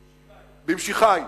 במשיחַי.